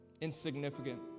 insignificant